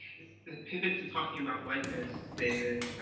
the pivot to talking about whiteness, david,